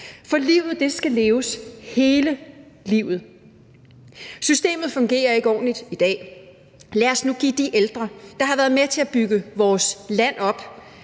For livet skal leves hele livet. Systemet fungerer ikke ordentligt i dag. Lad os nu give de ældre, der har været med til at bygge vores land op,